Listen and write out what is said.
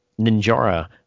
Ninjara